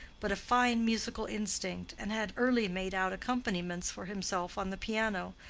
but a fine musical instinct, and had early made out accompaniments for himself on the piano,